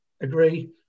agree